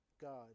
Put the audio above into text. God